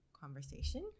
conversation